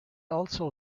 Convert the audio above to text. also